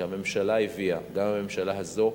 שהממשלה הביאה, גם הממשלה הזו,